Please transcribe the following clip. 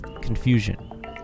confusion